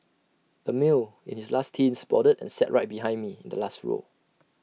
A male in his late teens boarded and sat right behind me in the last row